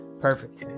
Perfect